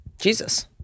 Jesus